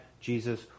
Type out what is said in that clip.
Jesus